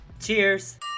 Cheers